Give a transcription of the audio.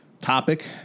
Topic